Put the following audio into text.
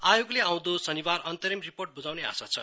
आयोगले आउँदो शनिवार अन्तरिय रिपोर्ट बुझाउने आशा छ